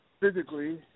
physically